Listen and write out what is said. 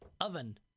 oven